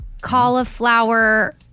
cauliflower